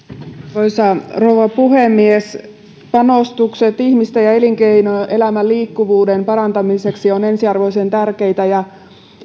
arvoisa rouva puhemies panostukset ihmisten ja elinkeinoelämän liikkuvuuden parantamiseksi ovat ensiarvoisen tärkeitä